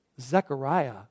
Zechariah